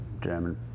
German